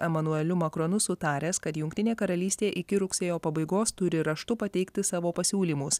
emanueliu makronu sutaręs kad jungtinė karalystė iki rugsėjo pabaigos turi raštu pateikti savo pasiūlymus